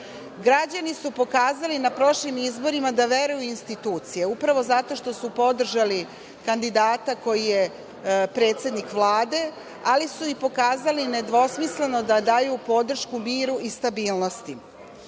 Građani su pokazali na prošlim izborima da veruju u institucije upravo zato što su podržali kandidata koji je predsednik Vlade, ali su i pokazali nedvosmisleno da daju podršku miru i stabilnosti. Ono